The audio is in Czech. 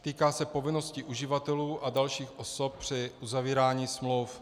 Týká se povinnosti uživatelů a dalších osob při uzavírání smluv.